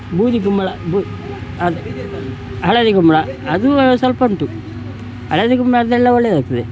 ಬೂದಿ ಕುಂಬಳ ಬು ಅದೆ ಹಳದಿ ಕುಂಬಳ ಅದೂ ಸ್ವಲ್ಪುಂಟು ಹಳದಿ ಕುಂಬಳ ಅದೆಲ್ಲ ಒಳ್ಳೆಯದಾಗ್ತದೆ